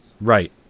right